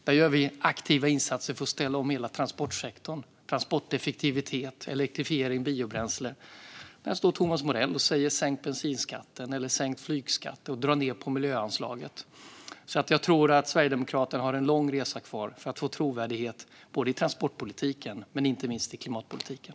Där gör vi aktiva insatser för att ställa om hela transportsektorn - transporteffektivitet, elektrifiering och biobränsle. Där står Thomas Morell och säger att man ska sänka bensinskatten, sänka flygskatten och dra ned på miljöanslaget. Jag tror därför att Sverigedemokraterna har en lång resa kvar för att få trovärdighet både i transportpolitiken och inte minst i klimatpolitiken.